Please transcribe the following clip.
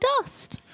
dust